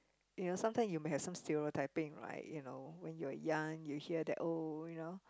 you know sometime you may have some stereotyping right you know when you're young you hear that oh you know